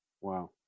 Wow